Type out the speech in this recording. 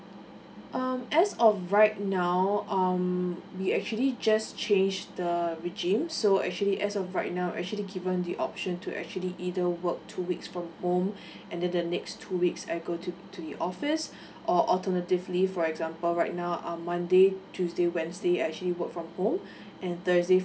um as of right now um we actually just changed the regime so actually as of right now actually given the option to actually either work two weeks from home and then the next two weeks I go to to the office or alternatively for example right now um monday tuesday wednesday I actually work from home and thursday